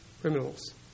criminals